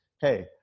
hey